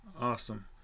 Awesome